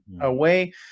away